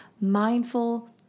mindful